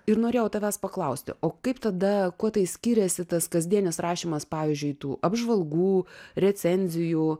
ir norėjau tavęs paklausti o kaip tada kuo skiriasi tas kasdienis rašymas pavyzdžiui tų apžvalgų recenzijų